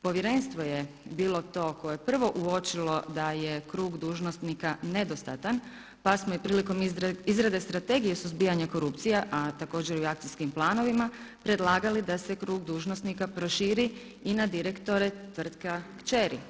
Povjerenstvo je bilo to koje je prvo uočilo da je krug dužnosnika nedostatan pa smo i prilikom izrade strategije suzbijanja korupcija a također i u akcijskim planovima predlagali da se krug dužnosnika proširi i na direktora tvrtka kćeri.